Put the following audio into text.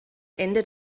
ende